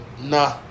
nah